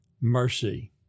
mercy